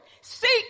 seek